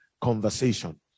conversation